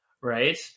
right